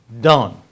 done